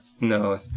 no